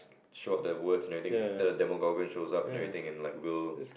show up the words and everything then the shows up and everything and like will